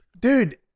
Dude